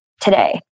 today